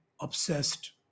obsessed